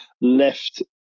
left